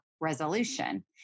resolution